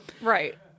Right